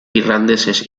irlandeses